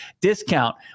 discount